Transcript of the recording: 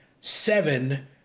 Seven